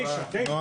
הישיבה ננעלה בשעה